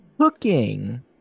Cooking